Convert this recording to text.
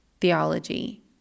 theology